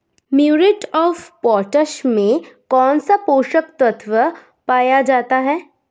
Muriate of potash में कौन सा पोषक तत्व पाया जाता है?